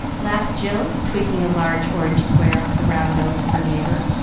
laughed jill, tweaking a large orange square off the round nose of her neighbor,